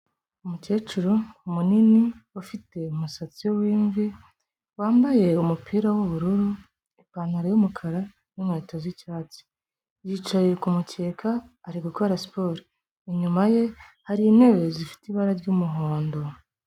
Umukecuru munini ufite umusatsi w'imvi, wambaye umupira w'ubururu, ipantaro y'umukara n'inkweto z'icyatsi, yicaye ku mukeka, ari gukora siporo, inyuma ye hari intebe zifite ibara ry'umuhondo.